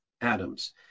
atoms